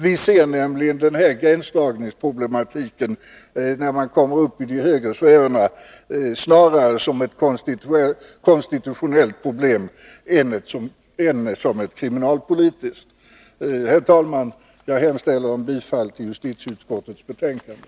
Vi ser nämligen den här gränsdragningsproblematiken, när man kommer upp i de högre sfärerna, snarare som ett konstitutionellt problem än som ett kriminalpolitiskt. Herr talman! Jag yrkar bifall till hemställan i justitieutskottets betänkande.